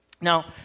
Now